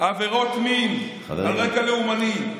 עבירות מין על רקע לאומני,